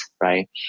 right